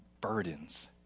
burdens